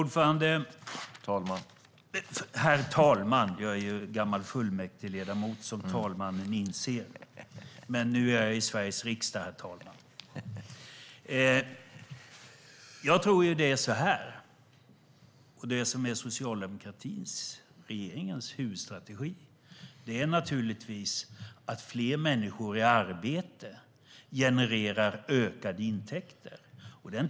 Herr talman! Socialdemokratins - regeringens - huvudstrategi är naturligtvis att fler människor i arbete genererar ökade intäkter.